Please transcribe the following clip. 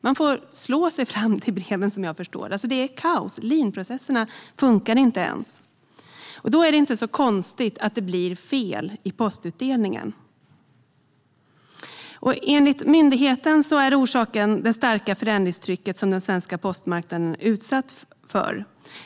Man får slå sig fram till breven, som jag förstår det. Då är det inte så konstigt att det blir fel i postutdelningen. Enligt myndigheten är orsaken det starka förändringstryck som den svenska postmarknaden är utsatt för.